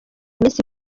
iminsi